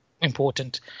important